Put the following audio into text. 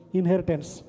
inheritance